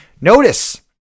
Notice